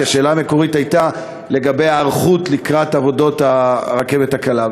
כי השאלה המקורית הייתה לגבי ההיערכות לקראת עבודות הרכבת הקלה,